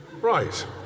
Right